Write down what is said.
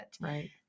right